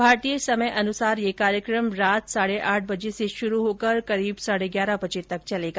भारतीय समयानुसार यह कार्यक्रम रात साढे आठ बजे से शुरू होकर करीब साढे ग्यारह बजे तक चलेगा